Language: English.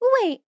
Wait